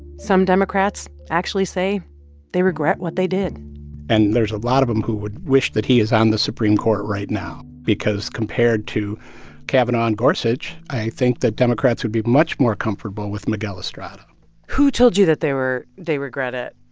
some democrats actually say they regret what they did and there's a lot of them who would wish that he is on the supreme court right now because compared to kavanaugh and gorsuch, i think that democrats would be much more comfortable with miguel estrada who told you that they were they regret it?